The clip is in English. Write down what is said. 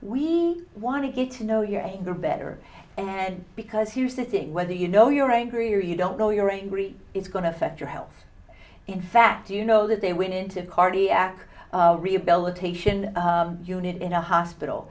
we want to get to know your anger better and because you sitting whether you know you're angry or you don't know you're angry it's going to affect your health in fact you know that they went into cardiac rehabilitation unit in a hospital